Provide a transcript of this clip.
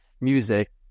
music